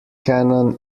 canon